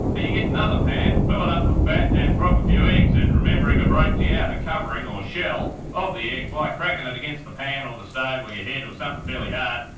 you get another pan, fill it up with fat and drop a few eggs in, remembering to break the yeah the outer covering or shell of the egg by cracking it against the pan or the stove or your head or something fairly hard.